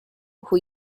who